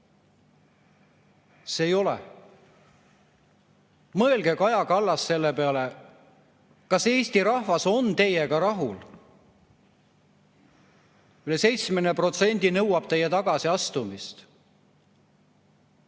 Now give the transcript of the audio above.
Ei ole. Mõelge, Kaja Kallas, selle peale, kas Eesti rahvas on teiega rahul. Üle 70% nõuab teie tagasiastumist.